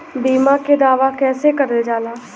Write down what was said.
बीमा के दावा कैसे करल जाला?